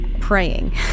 praying